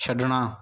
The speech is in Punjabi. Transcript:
ਛੱਡਣਾ